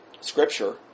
scripture